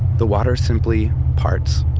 the water simply parts,